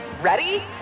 Ready